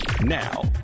now